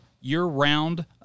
year-round